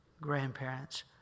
grandparents